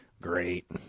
Great